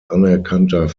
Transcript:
anerkannter